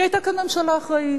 כי היתה כאן ממשלה אחראית,